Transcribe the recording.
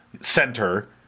center